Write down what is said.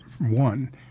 one